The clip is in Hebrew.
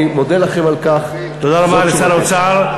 אני מודה לכם על כך, תודה רבה לשר האוצר.